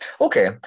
Okay